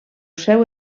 seu